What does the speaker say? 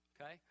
okay